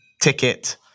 ticket